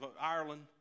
Ireland